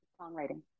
songwriting